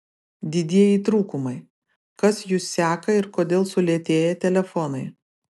didieji trūkumai kas jus seka ir kodėl sulėtėja telefonai